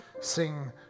sing